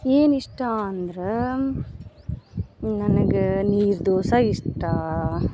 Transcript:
ಏನು ಇಷ್ಟ ಅಂದ್ರೆ ನನಗೆ ನೀರು ದೋಸೆ ಇಷ್ಟ